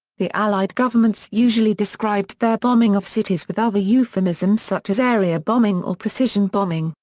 the allied governments usually described their bombing of cities with other euphemisms such as area bombing or precision bombing,